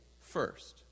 first